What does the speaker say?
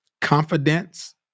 confidence